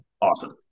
awesome